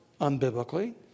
unbiblically